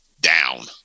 down